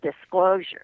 disclosure